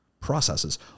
Processes